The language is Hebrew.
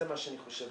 זה מה שאני חושב.